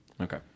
Okay